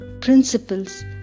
Principles